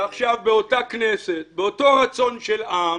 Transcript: ועכשיו באותה כנסת, באותו רצון של עם,